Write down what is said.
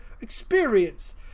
experience